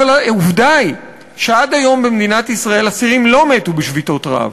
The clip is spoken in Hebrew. אבל עובדה היא שעד היום במדינת ישראל אסירים לא מתו בשביתות רעב,